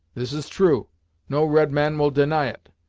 this is true no red man will deny it.